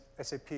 SAP